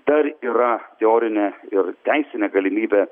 dar yra teorinė ir teisinė galimybė